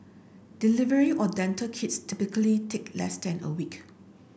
delivery or dental kits typically take less than a week